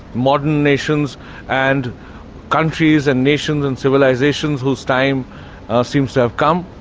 modern nations and countries and nations and civilisations whose time seems to have come,